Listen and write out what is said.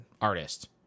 artist